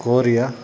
Korea